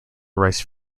rice